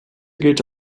gilt